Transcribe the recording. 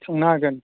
सोंनो हागोन